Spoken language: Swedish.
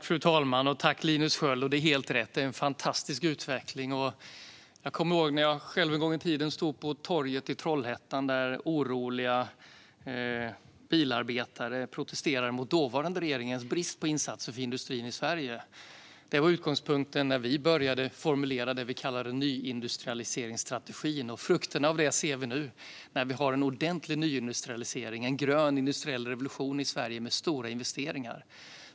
Fru talman! Linus Sköld! Det är helt rätt. Det är en fantastisk utveckling. Jag kommer ihåg när jag en gång i tiden stod på torget i Trollhättan där oroliga bilarbetare protesterade mot dåvarande regeringens brist på insatser för industrin i Sverige. Det var utgångspunkten när vi började formulera det vi kallade nyindustrialiseringsstrategin. Frukterna av det ser vi nu när vi har en ordentlig nyindustrialisering, en grön industriell revolution, i Sverige med stora investeringar.